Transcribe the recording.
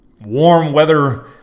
warm-weather